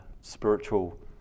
spiritual